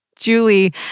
Julie